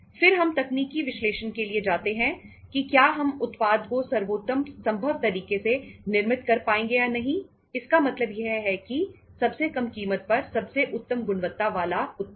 फिर हम तकनीकी विश्लेषण के लिए जाते हैं कि क्या हम उत्पाद को सर्वोत्तम संभव तरीके से निर्मित कर पाएंगे या नहीं इसका मतलब यह है कि सबसे कम कीमत पर सबसे उत्तम गुणवत्ता वाला उत्पाद